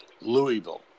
Louisville